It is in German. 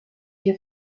hier